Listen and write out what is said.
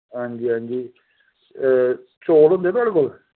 हां जी हां जी चौल होंदे तुआढ़े कोल